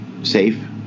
Safe